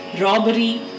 robbery